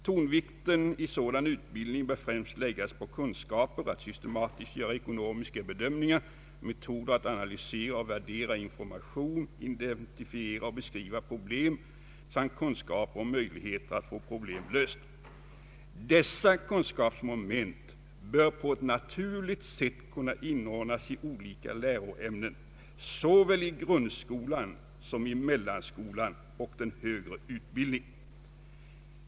Tonvikten i en sådan utbildning bör främst läggas på kunskaper att systematiskt göra ekonomiska bedömningar, metoder att analysera och värdera information, identifiera och beskriva problem samt kunskaper om möjligheter att få problem lösta. Dessa kunskapsmoment bör på ett naturligt sätt kunna inordnas i olika läroämnen såväl i grundskolan som i mellanskolan och den högre utbildningen.